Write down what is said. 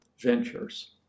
ventures